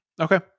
Okay